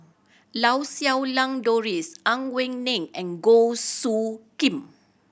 Lau Siew Lang Doris Ang Wei Neng and Goh Soo Khim